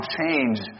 change